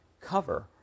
cover